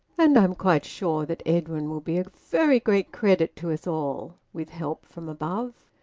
and i'm quite sure that edwin will be a very great credit to us all, with help from above.